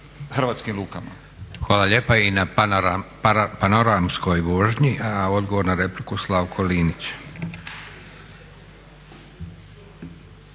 hrvatskim lukama.